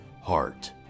heart